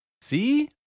See